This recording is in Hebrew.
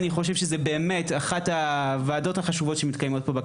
אני חושב שזוהי אחת הוועדות החשובות שמתקיימות היום פה,